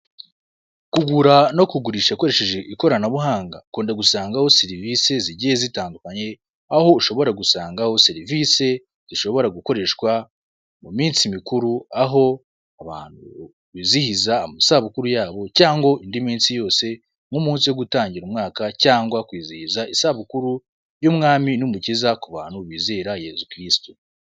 Kugura no kugurisha ukoresheje ikoranabuhanga ukunda gusangaho serivise zigiye zitandukanye, aho ushobora gusangaho serivise zishobora gukoreshwa mu minsi mikuru aho abantu bizihiza amasabukuru yabo, cyangwa indi minsi yose nk'umunsi wo gutangira umwaka cyangwa kwizihiza isabukuru y'umwami n'umukiza ku bantu bizihira yezu kirisitu.